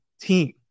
team